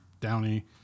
Downey